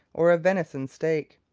or a venison steak.